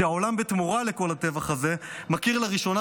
ובתמורה לכל הטבח הזה העולם מכיר לראשונה